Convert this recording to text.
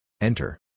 Enter